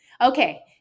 Okay